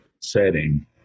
setting